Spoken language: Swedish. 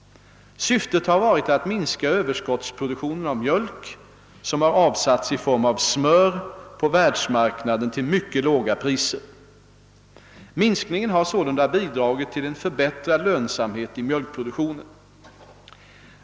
Syftet har varit att minska Ööverskottsproduktionen av mjölk som har avsatts i form av smör på världsmarknaden till mycket låga priser. Minskningen har sålunda bidragit till en förbättrad lönsamhet i mjölkproduktionen.